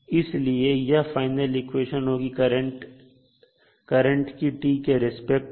इसलिए यह final equation होगी करंट की t के रिस्पेक्ट में